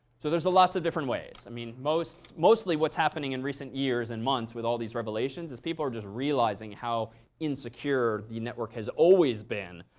so there's lots of different ways. i mean, mostly mostly what's happening in recent years and months with all these revelations is people are just realizing how insecure the network has always been.